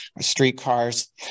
streetcars